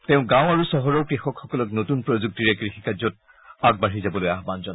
তেওঁ গাঁও আৰু চহৰৰ কৃষকসকলক নতুন প্ৰযুক্তিৰে কৃষিকাৰ্য্যত আগবাঢ়ি যাবলৈ আহান জনায়